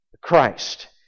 Christ